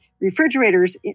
refrigerators